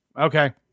Okay